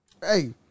Hey